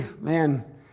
man